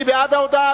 מי בעד ההודעה?